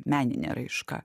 meninė raiška